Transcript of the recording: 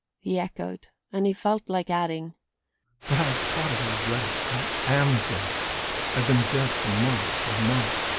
he echoed and he felt like adding but i've caught it already. i am dead i've been dead for months and months.